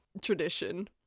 tradition